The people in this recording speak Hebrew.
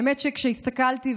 כשהסתכלתי,